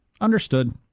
Understood